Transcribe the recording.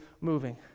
moving